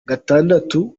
gatandatu